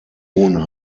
hohen